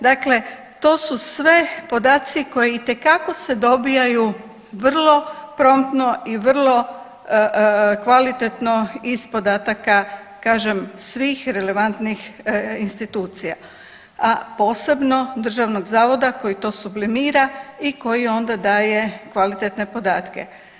Dakle, to su sve podaci koji itekako se dobijaju vrlo promptno i vrlo kvalitetno iz podataka kažem svih relevantnih institucija, a posebno Državnog zavoda koji to sublimira i koji onda daje kvalitetne podatke.